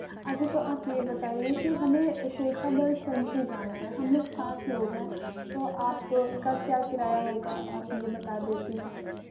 اچھا تو آپ یہ بتائیے کہ ہمیں شیخا برڈ سنچری جانا ہے ہم لوگ سات لوگ ہیں تو آپ کا کیا کرایہ ہوگا آپ یہ بتا دیتی تو ہم